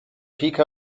pkw